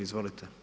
Izvolite.